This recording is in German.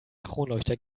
kronleuchter